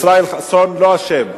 ישראל חסון לא אשם.